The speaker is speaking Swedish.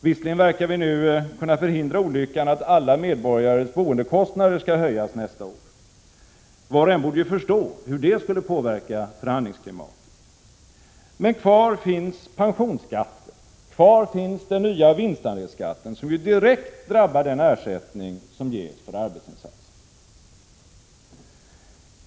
Visserligen verkar det som om vi nu kan förhindra olyckan att alla medborgares boendekostna der höjs nästa år. Var och en borde förstå hur det skulle påverka förhandlingsklimatet. Kvar finns pensionsskatten och den nya vinstandelsskatten, som direkt drabbar den ersättning som ges för arbetsinsatser.